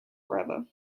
forever